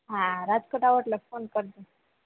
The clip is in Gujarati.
હ રાજકોટ આવો એટલે ફોન કરજો